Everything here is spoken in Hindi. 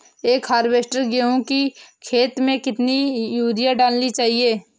एक हेक्टेयर गेहूँ की खेत में कितनी यूरिया डालनी चाहिए?